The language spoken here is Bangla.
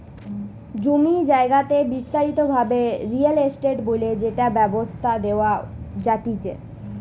জমি জায়গাকে বিস্তারিত ভাবে রিয়েল এস্টেট বলে যেটা ব্যবসায় দেওয়া জাতিচে